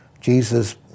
Jesus